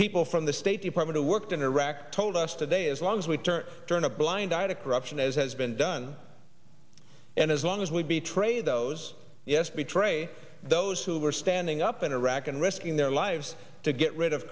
people from the state department who worked in iraq told us today as long as we turn turn a blind eye to corruption as has been done and as long as we beat trey those yes betray those who were standing up in iraq and risking their lives to get rid of